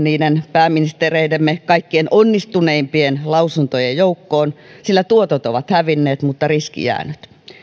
pääministereidemme kaikkein onnistuneimpien lausuntojen joukkoon sillä tuotot ovat hävinneet mutta riski jäänyt